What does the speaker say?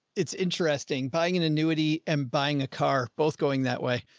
it's interesting buying an annuity and buying a car, both going that way.